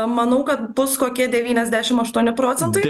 manau kad bus kokie devyniasdešim aštuoni procentai